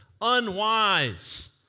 Unwise